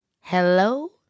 Hello